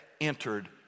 entered